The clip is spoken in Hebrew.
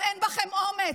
אבל אין בכם אומץ.